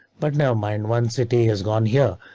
but never mind one city has gone here.